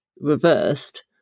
reversed